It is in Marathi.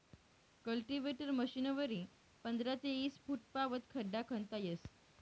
कल्टीवेटर मशीनवरी पंधरा ते ईस फुटपावत खड्डा खणता येस